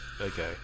Okay